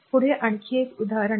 पुढे आणखी एक उदाहरण आहे